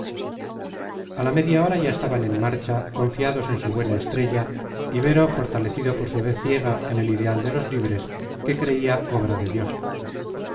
a la media hora ya estaban en marcha confiados en su buena estrella ibero fortalecido por su fe ciega en el ideal de los libres que creía obra de dios